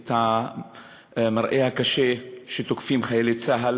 את המראה הקשה, שתוקפים חיילי צה"ל